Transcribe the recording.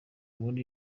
muri